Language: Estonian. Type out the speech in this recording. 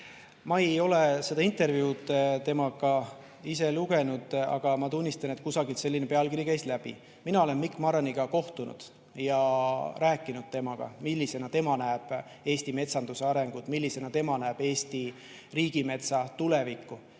Ma ei ole seda intervjuud temaga ise lugenud, aga ma tunnistan, et kusagilt selline pealkiri käis läbi. Mina olen Mikk Marraniga kohtunud ja rääkinud temaga, millisena tema näeb Eesti metsanduse arengut, millisena tema näeb Eesti riigimetsa tulevikku,